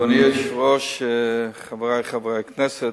אדוני היושב-ראש, חברי חברי הכנסת,